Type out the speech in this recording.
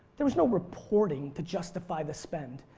there was no reporting to justify the spend.